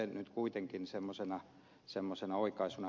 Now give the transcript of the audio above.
tämä nyt kuitenkin semmoisena oikaisuna